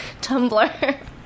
Tumblr